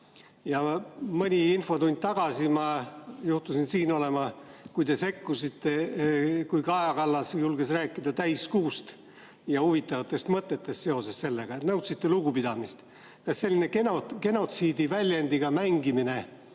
Mõni infotund tagasi ma juhtusin siin olema, kui te sekkusite, kui Kaja Kallas julges rääkida täiskuust ja huvitavatest mõtetest seoses sellega. Nõudsite lugupidamist. Kas selline genotsiidi mõistega mängimine